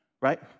Right